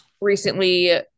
recently